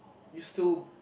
you still